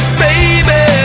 baby